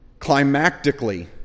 climactically